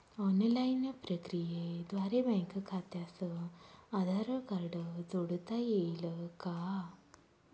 Online प्रक्रियेद्वारे bank खात्यास Aadhaar card जोडता येईल का?